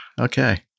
Okay